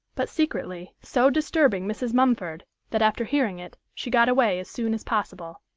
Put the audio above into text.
but, secretly, so disturbing mrs. mumford that, after hearing it, she got away as soon as possible,